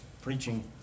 Preaching